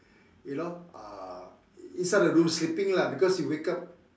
you know uh inside the room sleeping lah because he wake up